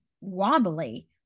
wobbly